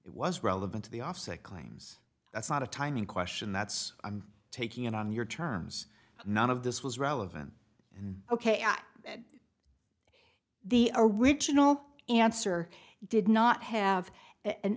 it was relevant to the offset claims that's not a timing question that's i'm taking it on your terms none of this was relevant ok at the original answer did not have an